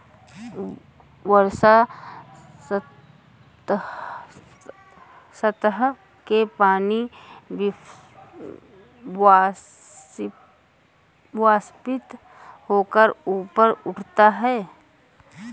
वर्षा सतह से पानी वाष्पित होकर ऊपर उठता है